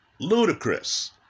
ludicrous